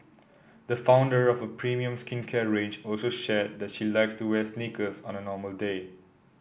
the founder of a premium skincare range also shared that she likes to wear sneakers on a normal day